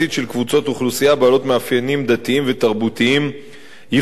אוכלוסייה בעלות מאפיינים דתיים ותרבותיים ייחודיים.